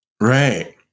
Right